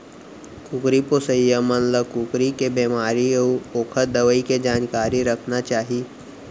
कुकरी पोसइया मन ल कुकरी के बेमारी अउ ओकर दवई के जानकारी रखना चाही